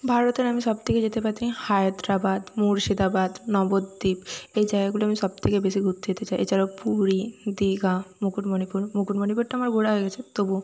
ভারতের আমি সব থেকে যেতে পারি হায়দ্রাবাদ মুর্শিদাবাদ নবদ্বীপ এই জায়গাগুলো আমি সব থেকে বেশি ঘুরতে যেতে চাই এছাড়াও পুরী দিঘা মুকুটমণিপুর মুকুটমণিপুরটা আমার ঘোরা হয়ে গেছে তবুও